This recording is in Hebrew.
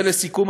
ולסיכום,